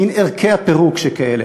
מין ערכי הפירוק שכאלה.